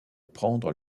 prendre